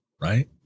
Right